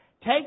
Take